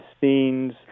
scenes